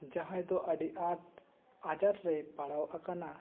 ᱡᱟᱦᱟᱸᱭ ᱫᱚ ᱟᱹᱰᱤ ᱟᱸᱴ ᱟᱡᱟᱨ ᱨᱮ ᱯᱟᱲᱟᱣ ᱟᱠᱟᱱᱟ